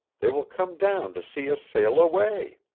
they will come down to see us sail away.